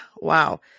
wow